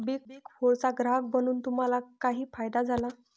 Big फोरचा ग्राहक बनून तुम्हाला काही फायदा झाला?